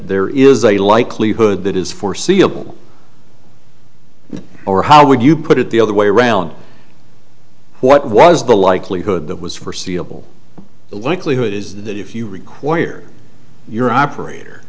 there is a likelihood that is foreseeable or how would you put it the other way around what was the likelihood that was forseeable the likelihood is that if you require your operator